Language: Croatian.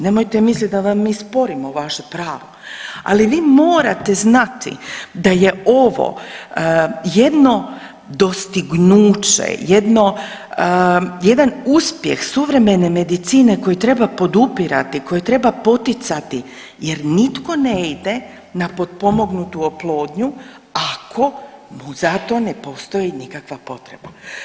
Nemojte misliti da vam mi sporimo vaše pravo, ali vi morate znati da je ovo jedno dostignuće, jedan uspjeh suvremene medicine koji treba podupirati, koji treba poticati jer nitko ne ide na potpomognutu oplodnju, ako mu za to ne postoji nikakva potreba.